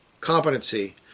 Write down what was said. competency